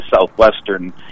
Southwestern